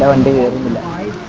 so and nine